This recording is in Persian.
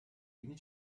بینی